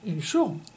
Sure